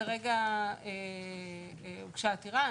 הוגשה עתירה,